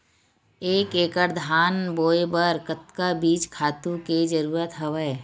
एक एकड़ धान बोय बर कतका बीज खातु के जरूरत हवय?